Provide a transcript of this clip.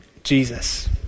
Jesus